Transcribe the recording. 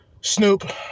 Snoop